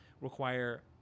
require